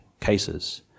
cases